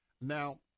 Now